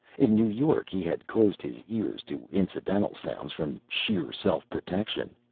in new york he had closed his ears to incidental sounds from sheer self-protection.